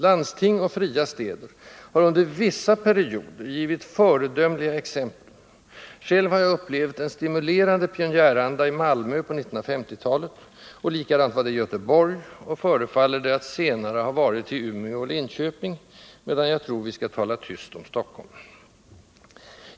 Landsting och fria städer har under vissa perioder givit föredömliga exempel; själv har jag upplevt en stimulerande pionjäranda i Malmö på 1950-talet, och likadant var det i Göteborg och förefaller det att senare ha varit i Umeå och Linköping, medan jag tror vi skall tala tyst om Stockholm.